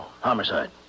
Homicide